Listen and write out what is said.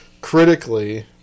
critically